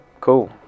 cool